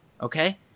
Okay